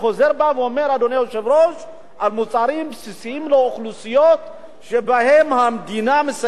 מוצרים בסיסיים לאוכלוסייה שהמדינה מסייעת לה,